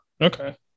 Okay